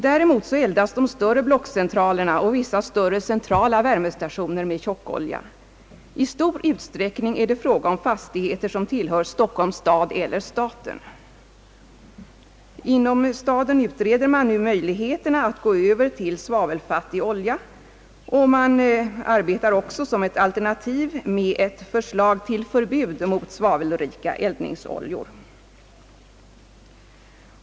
Däremot eldas de större blockcentralerna och vissa större centrala värmestationer med tjockolja. I stor utsträckning är det fråga om fastigheter som tillhör Stockholms stad eller staten. Inom staden utreder man nu möjligheten att gå över till svavelfattig olja, och man arbetar också som ett alternativ med ett förslag till förbud mot svavelrika eldningsoljor.